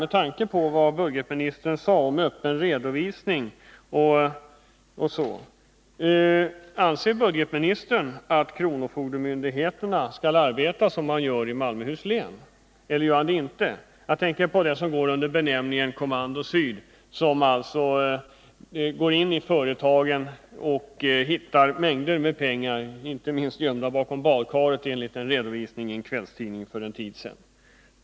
Med tanke på vad budgetministern sade om öppen redovisning vill jag då med en gång fråga: Anser budgetministern att kronofogdemyndigheterna skall arbeta som man gör i Malmöhus län eller inte? Jag tänker då på vad som går under benämningen Kommando syd, som överraskande går in i företagen och hittar mängder med pengar — bl.a. gömda bakom badkaret, enligt en redovisning i en kvällstidning för en tid sedan!